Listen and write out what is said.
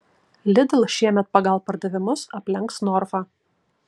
lidl šiemet pagal pardavimus aplenks norfą